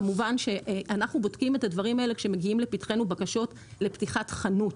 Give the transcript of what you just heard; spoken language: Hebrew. כמובן שאנחנו בודקים את הדברים האלה כשמגיעות לפתחנו בקשות לפתיחת חנות,